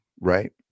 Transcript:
right